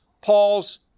Paul's